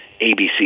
ABC